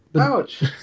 Ouch